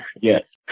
yes